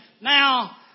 now